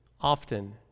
often